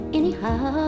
anyhow